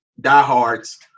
diehards